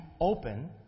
open